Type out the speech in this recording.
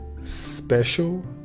special